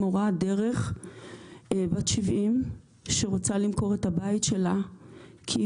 מורת דרך בת 70 שרוצה למכור את הבית שלה כי